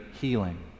healing